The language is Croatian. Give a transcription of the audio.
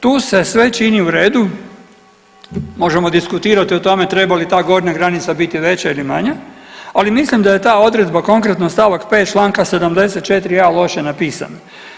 Tu se sve čini u redu, možemo diskutirati o tome treba li ta gornja granica biti veća ili manja, ali mislim da je ta odredba, konkretno st. 5. čl. 74.a. loše napisana.